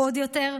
עוד יותר.